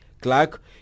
Clark